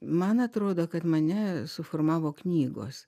man atrodo kad mane suformavo knygos